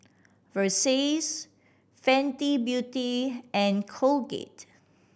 Versace Fenty Beauty and Colgate